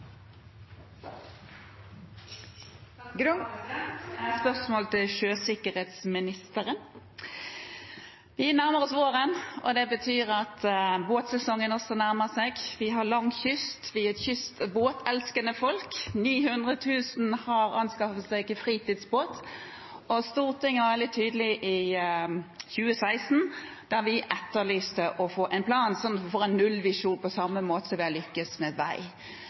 betyr at båtsesongen også nærmer seg. Vi har lang kyst, vi er et båtelskende folk og 900 000 har anskaffet seg fritidsbåt. Stortinget var veldig tydelig i 2016 da vi etterlyste en plan om å få en nullvisjon, på samme måte som vi har lyktes med vei. For